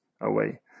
away